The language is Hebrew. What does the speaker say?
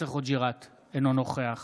אינו נוכח